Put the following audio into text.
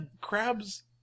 crabs